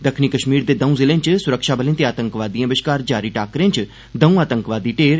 दक्खनी कश्मीर दे त्रौं दौंऊ जिले च स्रक्षाबलें ते आतंकवादियें बश्कार जारी टाकरें च दौं आतंकवादी ढेर